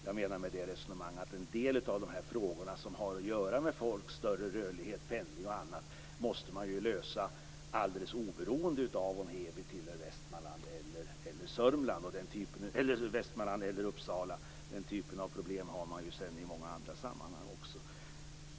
Jag menar med detta resonemang att en del av de frågor som har att göra med folks större rörlighet, pendling och annat måste lösas alldeles oberoende av om Heby tillhör Västmanlands eller Uppsala län. Den typen av problem finns också i många andra sammanhang.